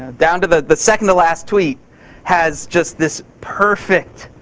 down to the the second to last tweet has just this perfect,